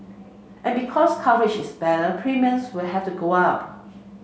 and because coverage is better premiums will have to go up